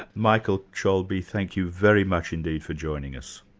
but michael cholbi, thank you very much indeed for joining us.